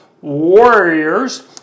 Warriors